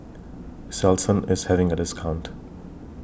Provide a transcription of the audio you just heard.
Selsun IS having A discount